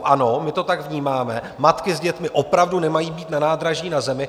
Ano, my to tak vnímáme, matky s dětmi opravdu nemají být na nádraží na zemi.